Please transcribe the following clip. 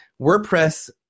WordPress